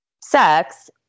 sex